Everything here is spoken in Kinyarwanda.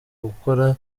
gukora